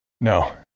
No